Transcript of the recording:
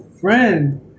friend